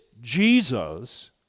Jesus